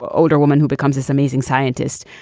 older woman who becomes this amazing scientist.